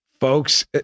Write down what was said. Folks